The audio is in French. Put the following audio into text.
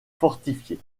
fortifié